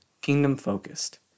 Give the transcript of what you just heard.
kingdom-focused